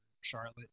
Charlotte